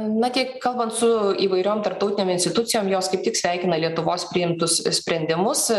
na kiek kalbant su įvairiom tarptautinė institucijom jos kaip tik sveikina lietuvos priimtus sprendimus